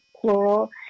plural